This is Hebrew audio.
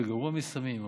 יותר גרוע מסמים,